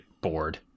bored